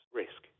risk